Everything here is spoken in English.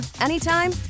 anytime